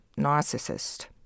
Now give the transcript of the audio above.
Narcissist